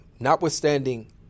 Notwithstanding –